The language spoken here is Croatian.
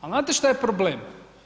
Ali znate što je problem?